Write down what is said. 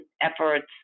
efforts